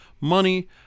Money